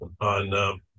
on